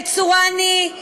אל-צוראני,